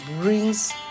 brings